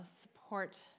support